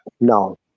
No